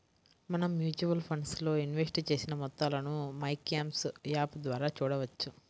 మనం mutual funds లో invest చేసిన మొత్తాలను మైక్యామ్స్ యాప్ ద్వారా చూడవచ్చు